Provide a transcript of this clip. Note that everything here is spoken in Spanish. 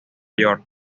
york